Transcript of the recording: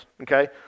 okay